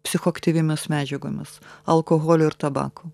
psichoaktyviomis medžiagomis alkoholiu ir tabaku